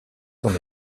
son